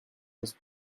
was